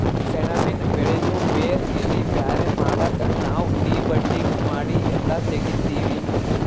ಸೆಣಬಿನ್ ಬೆಳಿದು ಬೇರ್ ಎಲಿ ಬ್ಯಾರೆ ಮಾಡಕ್ ನಾವ್ ಡಿ ಬಡ್ಡಿಂಗ್ ಮಾಡಿ ಎಲ್ಲಾ ತೆಗಿತ್ತೀವಿ